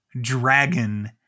dragon